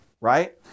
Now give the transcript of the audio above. right